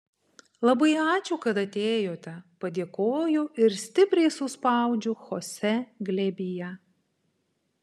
labai ačiū kad atėjote padėkoju ir stipriai suspaudžiu chosė glėbyje